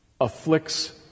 afflicts